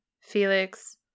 Felix